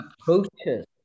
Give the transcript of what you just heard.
approaches